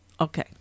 Okay